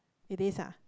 it is ah